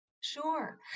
Sure